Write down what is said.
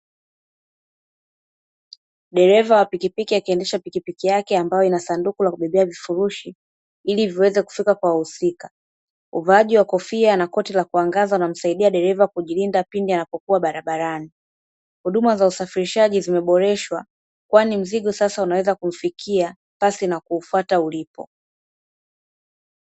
Dereva wa pikipiki akiendesha pikipiki yake ambayo ina sanduku la kubebea vifurishi, ili viweze kufika kwa wahusika. Uvaaji wa kofia na koti la kuangaza unamsaidia dereva kujilinda pindi anapokuwa barabarani. Huduma za usafirishaji zimeboreshwa kwani mzigo sasa unaweza kumfikia, pasi na kuufuata ulipo.